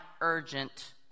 urgent